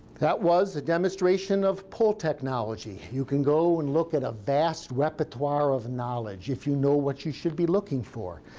that was a demonstration of pull technology. you can go and look at a vast repertoire of knowledge if you know what you should be looking for.